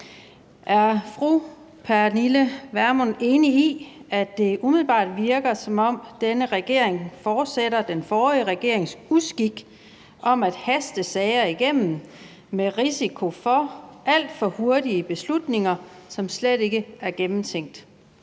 Er fru Pernille Vermund enig i, at det umiddelbart virker, som om denne regering fortsætter den forrige regerings uskik med at haste sager igennem med risiko for alt for hurtige beslutninger, som slet ikke er gennemtænkte?